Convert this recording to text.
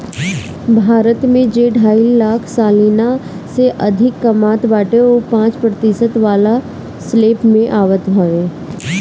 भारत में जे ढाई लाख सलीना से अधिका कामत बाटे उ पांच प्रतिशत वाला स्लेब में आवत हवे